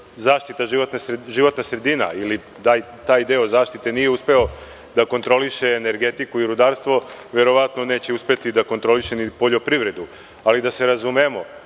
zaštita životne sredina ili taj deo zaštite nije uspeo da kontroliše energetiku i rudarstvo verovatno neće uspeti da kontroliše ni poljoprivredu. Ali, da se razumemo,